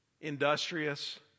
industrious